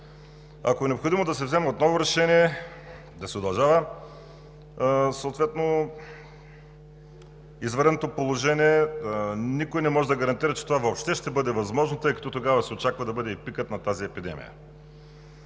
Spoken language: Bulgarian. Ако е необходимо, да се вземе отново решение за удължаване на извънредното положение. Никой не може да гарантира, че това въобще ще бъде възможно, той като тогава се очаква да бъде и пикът на тази епидемия.